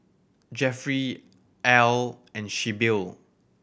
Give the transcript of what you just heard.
Jeffry Al and Sybil